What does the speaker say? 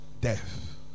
Death